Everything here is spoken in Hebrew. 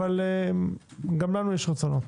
אבל גם לנו יש רצונות.